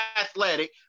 athletic